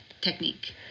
technique